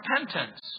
repentance